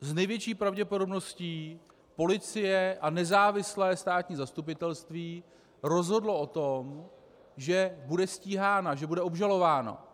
S největší pravděpodobností policie a nezávislé státní zastupitelství rozhodlo o tom, že bude stíhána, že bude obžalována.